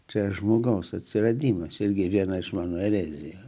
to žmogaus atsiradimas irgi viena iš mano erezijų